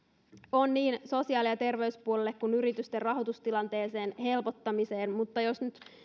on niin sosiaali ja terveyspuolelle kuin yritysten rahoitustilanteeseen helpotusta mutta jos nyt